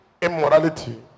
immorality